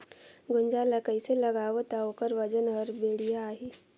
गुनजा ला कइसे लगाबो ता ओकर वजन हर बेडिया आही?